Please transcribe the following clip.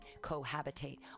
cohabitate